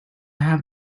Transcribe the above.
have